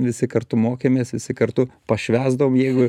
visi kartu mokėmės visi kartu pašvęsdavom jeigu